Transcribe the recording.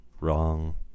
Wrong